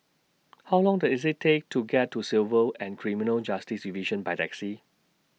How Long Does IT Take to get to Civil and Criminal Justice Division By Taxi